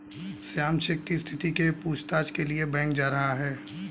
Shyam cheque की स्थिति के पूछताछ के लिए बैंक जा रहा है